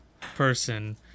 person